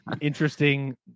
interesting